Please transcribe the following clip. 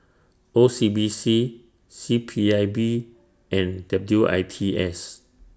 O C B C C P I B and W I T S